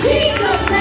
Jesus